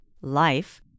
life